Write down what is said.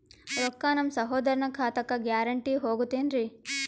ರೊಕ್ಕ ನಮ್ಮಸಹೋದರನ ಖಾತಕ್ಕ ಗ್ಯಾರಂಟಿ ಹೊಗುತೇನ್ರಿ?